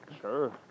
Sure